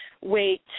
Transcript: weight